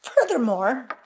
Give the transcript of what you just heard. Furthermore